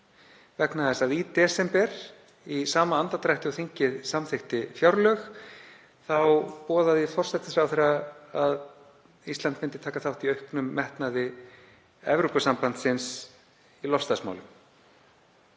vegna þess að í desember, í sama andardrætti og þingið samþykkti fjárlög þá boðaði forsætisráðherra að Ísland myndi taka þátt í auknum metnaði Evrópusambandsins í loftslagsmálum.